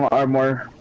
or more